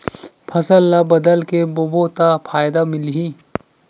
फसल ल बदल के बोबो त फ़ायदा मिलही?